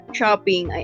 shopping